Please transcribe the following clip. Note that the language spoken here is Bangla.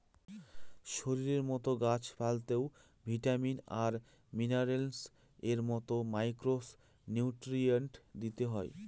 শরীরের মতো গাছ পালতেও ভিটামিন আর মিনারেলস এর মতো মাইক্র নিউট্রিয়েন্টস দিতে হয়